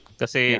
kasi